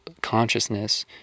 consciousness